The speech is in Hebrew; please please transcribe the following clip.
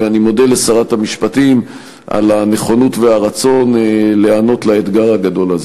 ואני מודה לשרת המשפטים על הנכונות והרצון להיענות לאתגר הגדול הזה.